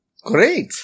great